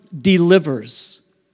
delivers